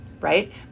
right